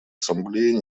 ассамблеи